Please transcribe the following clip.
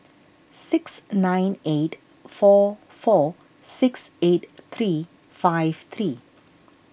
six nine eight four four six eight three five three